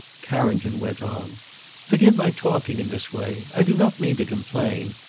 carrington went on forgive my talking in this way. i do not mean to complain.